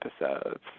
episodes